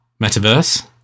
metaverse